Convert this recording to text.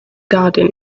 garden